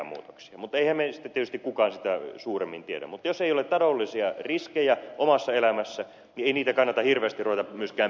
mutta eihän meistä tietysti kukaan sitä suuremmin tiedä mutta jos ei ole taloudellisia riskejä omassa elämässä niin ei niitä kannata hirveästi ruveta myöskään pelkäämään